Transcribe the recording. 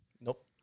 Nope